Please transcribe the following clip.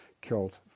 killed